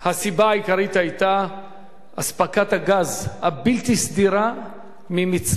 הסיבה העיקרית היתה אספקת הגז הבלתי-סדירה ממצרים,